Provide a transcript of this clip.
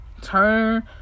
Turn